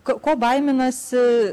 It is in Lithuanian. ko baiminasi